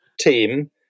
team